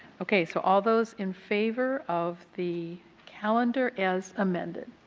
okay. so all those in favor of the calendar as amended.